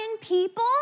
people